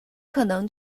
可能